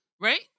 Right